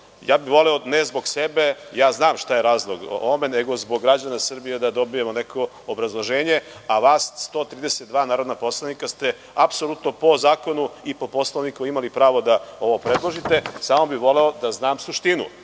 bih, ne zbog sebe, znam šta je razlog ovome, nego zbog građana Srbije da dobijemo neko obrazloženje, a 132 poslanika su apsolutno po zakonu i Poslovniku imali pravo da ovo predložite. Samo bih voleo da znam suštinu